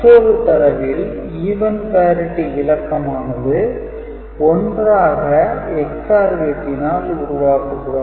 மற்றொரு தரவில் even parity இலக்கமானது 1 ஆக XOR கேட்டினால் உருவாக்கப்படும்